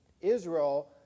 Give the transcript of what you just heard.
Israel